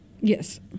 Yes